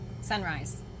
Sunrise